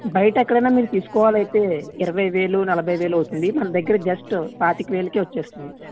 బయట ఎక్కడైనా మీరు తీసుకోవాలి అయితే ఇరవైవేలు నలబైవేలు అవుతుంది మన దగ్గర జస్ట్ పాతిక వేలకే వచ్చేస్తుంది